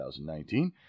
2019